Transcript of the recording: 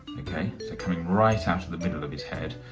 so coming right out of the middle of his head,